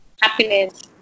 happiness